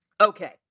Okay